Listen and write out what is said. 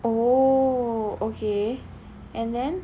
oh okay and then